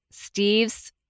Steve's